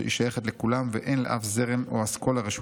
היא שייכת לכולם ואין לאף זרם או אסכולה רשות